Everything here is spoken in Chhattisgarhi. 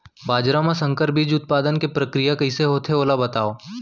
बाजरा मा संकर बीज उत्पादन के प्रक्रिया कइसे होथे ओला बताव?